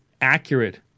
accurate